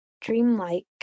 dreamlike